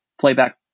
playback